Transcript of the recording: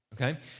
okay